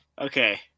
Okay